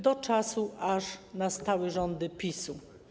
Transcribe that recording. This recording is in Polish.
Do czasu aż nastały rządy PiS-u.